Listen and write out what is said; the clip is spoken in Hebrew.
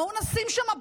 בואו נשים שם בסיסים.